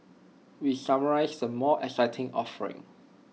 we summarise the more exciting offerings